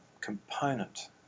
component